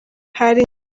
hari